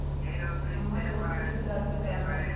हमर लोन किस्त राशि का हई?